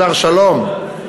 השר שלום.